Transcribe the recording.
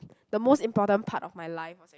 the most important part of my life